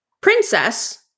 princess